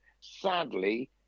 sadly